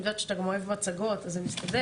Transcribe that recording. אני יודעת שאתה גם אוהב מצגות אז זה מסתדר,